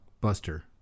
Buster